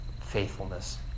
faithfulness